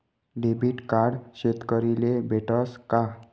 Debit card शेतकरीले भेटस का?